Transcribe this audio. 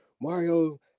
Mario